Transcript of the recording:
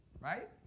Right